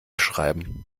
schreiben